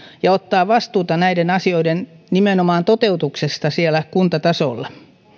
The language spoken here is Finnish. ja ottaa vastuuta nimenomaan näiden asioiden toteutuksesta siellä kuntatasolla